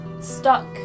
stuck